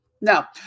Now